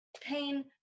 pain